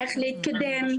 איך להתקדם.